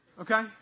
Okay